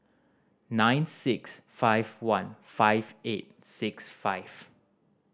nine six five one five eight six five